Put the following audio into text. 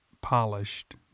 polished